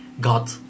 God